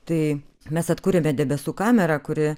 tai mes atkūrėme debesų kamerą kuri